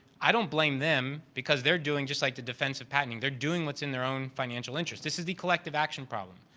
i don't blame them because they're doing just like the defense patenting. they're doing what's in their own financial interest. this is collective action problem.